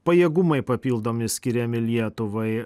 pajėgumai papildomi skiriami lietuvai